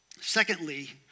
Secondly